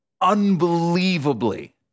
unbelievably